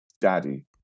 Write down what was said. daddy